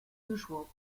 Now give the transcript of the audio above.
unusual